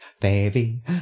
baby